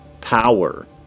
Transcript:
power